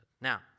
Now